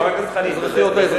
עכשיו, חבר הכנסת חנין, וזה וזה?